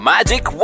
Magic